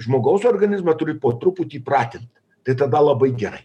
žmogaus organizmą turi po truputį pratint tai tada labai gerai